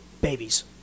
Babies